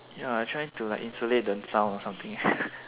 ya like trying to like insulate the sound or something